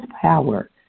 power